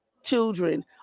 children